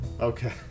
Okay